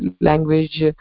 language